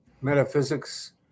metaphysics